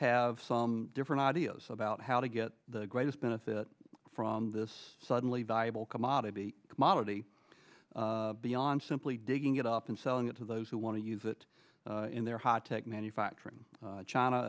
have some different ideas about how to get the greatest benefit from this suddenly valuable commodity madi beyond simply digging it up and selling it to those who want to use it in their hot tech manufacturing china